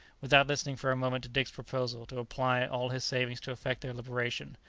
without listening for a moment to dick's proposal to apply all his savings to effect their liberation,